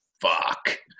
fuck